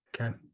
Okay